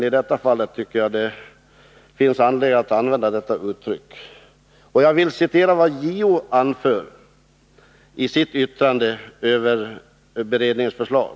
I detta fall finns det verkligen anledning att använda detta uttryck. Jag vill citera vad JO anför i sitt yttrande över beredningens förslag.